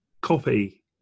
copy